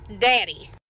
Daddy